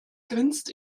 grinst